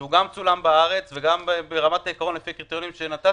שגם צולם בארץ, ובעיקרון גם עומד